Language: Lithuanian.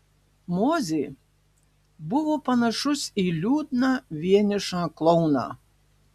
mozė buvo panašus į liūdną vienišą klouną